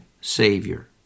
Savior